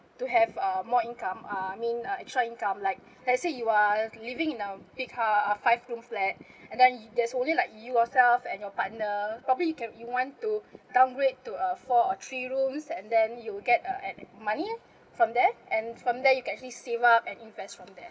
to have uh more income uh I mean uh extra income like let's say you are living in a big ha~ a five room flat and then there's only like you yourself and your partner probably you can you want to downgrade to a four or three rooms and then you'll get a a money ah from there and from there you can actually save up and invest from there